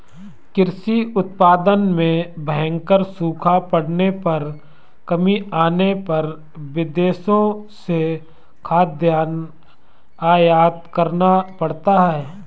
कृषि उत्पादन में भयंकर सूखा पड़ने पर कमी आने पर विदेशों से खाद्यान्न आयात करना पड़ता है